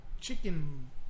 chicken